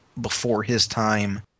before-his-time